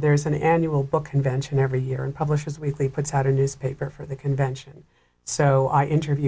there's an annual book convention every year and publishers weekly puts out a newspaper for the convention so i interview